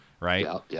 Right